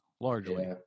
Largely